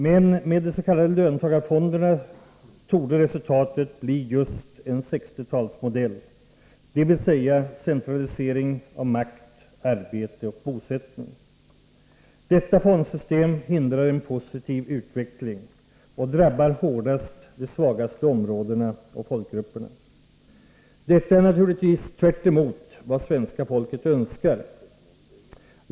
Men med de s.k. löntagarfonderna torde resultatet bli just en 60-talsmodell — dvs. centralisering av makt, arbete och bosättning. Detta fondsystem hindrar en positiv utveckling — och det drabbar hårdast de svagaste områdena och folkgrupperna. Detta är naturligtvis tvärtemot vad svenska folket önskar.